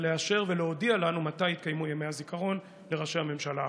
לאשרו ולהודיע לנו מתי יתקיימו ימי הזיכרון לראשי הממשלה האחרים.